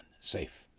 safe